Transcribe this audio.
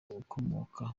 ukomoka